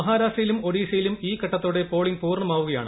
മഹാരാഷ്ട്രയിലും ഒഡീഷയിലും ഈ ഘട്ടത്തോടെ പോളിംഗ് പൂർണ്ണമാവുമാകയാണ്